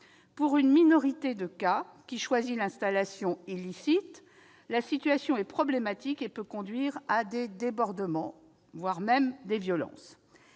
pour une minorité de cas, qui choisit l'installation illicite, la situation est problématique et peut conduire à des débordements, voire à des violences.